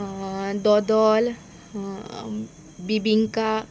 दोदोल बिबींका